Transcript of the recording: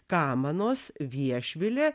kamanos viešvilė